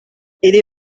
iri